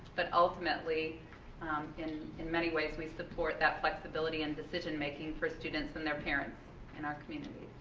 but ultimately in in many ways we support that flexibility and decision making for students and their parents in our community.